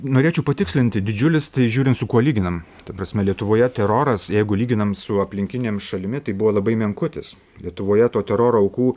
norėčiau patikslinti didžiulis tai žiūrint su kuo lyginam ta prasme lietuvoje teroras jeigu lyginam su aplinkinėm šalimi tai buvo labai menkutis lietuvoje to teroro aukų